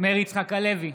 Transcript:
מאיר יצחק הלוי,